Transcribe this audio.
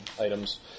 items